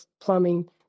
plumbing